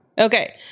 Okay